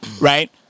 right